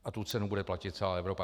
A tu cenu bude platit celá Evropa.